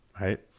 right